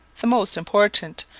the most important,